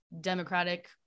Democratic